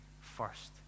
first